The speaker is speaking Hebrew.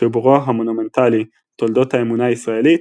בחיבורו המונומנטלי "תולדות האמונה הישראלית",